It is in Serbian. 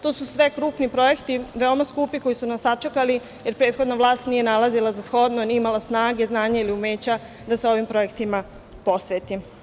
To su sve krupni projekti, veoma skupi koji su nas sačekali jer prethodna vlast nije nalazila za shodno, nije imala snage, znanja ili umeća da se ovim projektima posveti.